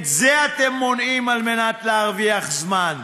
את זה אתם מונעים כדי להרוויח זמן.